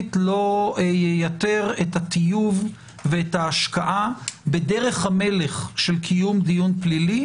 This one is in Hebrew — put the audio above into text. לא ייתר את הטיוב ואת ההשקעה בדרך המלך של קיום דיון פלילי,